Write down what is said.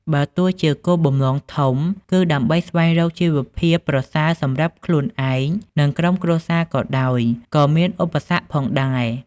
បើទោះជាគោលបំណងធំ គឺដើម្បីស្វែងរកជីវភាពប្រសើរសម្រាប់ខ្លួនឯង និងក្រុមគ្រួសារក៏ដោយ ក៏មានឧបសគ្គផងដែរ។